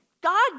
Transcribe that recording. God